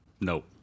No